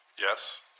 Yes